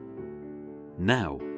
Now